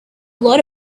lot